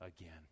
again